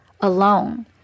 alone